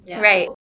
Right